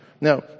Now